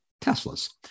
Teslas